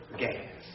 gas